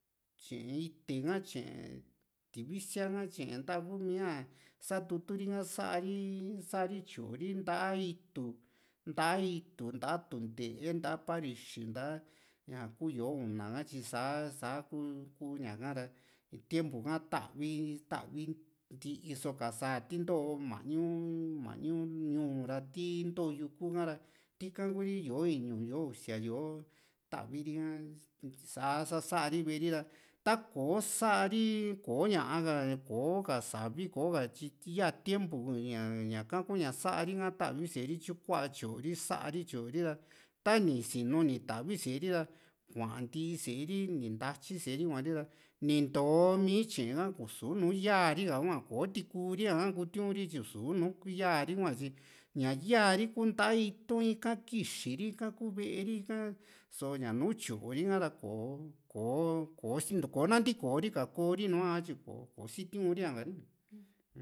tye´e ite ka tye´e tivisía ha tye´e nta kuu mía satutu ri ka sa´ri sa´ri tyoo ri nta´a itu nta´a itu nnta´a tuntee nta´a parixi nta´a ñaa kuu yó´una ka tyi sa sa ku kuu ña´ka ra tiempo ka ta´vi ta´vi ntii so ka sáa ti ntoo mañu mañu ñuu ra ti into yuku ha tika kuu ri yó´o iñu yó´o usia yó´o ta´vi ri´ka sa sá sa´ri ve´e ri ra taa kò´o sa´ri koña ka kò´o ka savi kò´o ka tyi yaa tiempu ña ña´ka kuña saá ri ha ta´vi sée ri tyu kua tyoo ri sa´a ri tyoo ri ra tani sinu ni tavi sée ri ra kuantii sée ri ni ntatyi sée ri ra ni ntoo mii tye´e ha ni sunu yaa ri kahua kò´o tikuria kutiuri tyi ni su´nu yaari hua ñaa yaari kuu nta´a itu´n ika kixi ri ika kuuve´e ri ika soo ña nùù tyori ha´ra kò´o kò´o siko nantikori ka koo ri nua tyi ko kò´o sitiuria ka ni